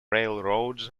railroads